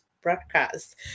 broadcast